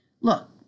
Look